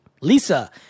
Lisa